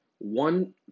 One